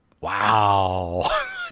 Wow